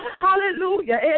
Hallelujah